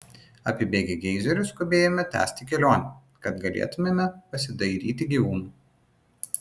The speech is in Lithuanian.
apibėgę geizerius skubėjome tęsti kelionę kad galėtumėme pasidairyti gyvūnų